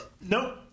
Nope